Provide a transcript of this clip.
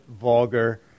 vulgar